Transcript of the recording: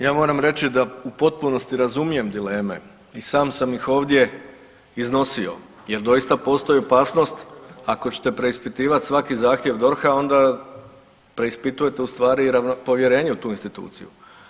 Ja moram reći da u potpunosti razumijem dileme i sam sam ih ovdje iznosio jel doista postoji opasnost ako ćete preispitivati svaki zahtjev DORH-a onda preispitujete ustvari i povjerenje u tu instituciju.